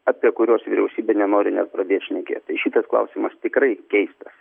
apie kuriuos vyriausybė nenori net pradėt šnekėt šitas klausimas tikrai keistas